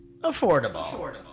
affordable